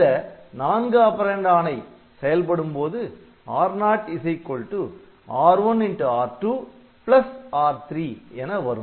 இந்த நான்கு ஆப்பரேன்ட் ஆணை செயல்படும்போது R0 R1R2 R3 என வரும்